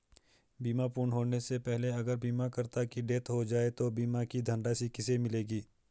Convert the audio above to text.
बीमा पूर्ण होने से पहले अगर बीमा करता की डेथ हो जाए तो बीमा की धनराशि किसे मिलेगी?